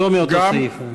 לא מאותו סעיף.